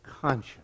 conscience